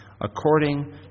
according